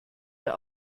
wir